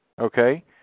Okay